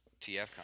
TFCon